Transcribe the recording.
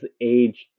aged